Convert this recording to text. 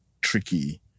tricky